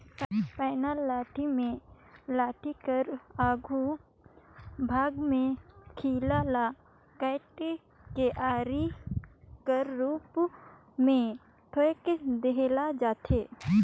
पैना लाठी मे लाठी कर आघु भाग मे खीला ल काएट के अरई कर रूप मे ठोएक देहल जाथे